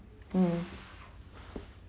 mm